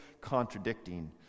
contradicting